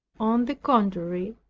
on the contrary,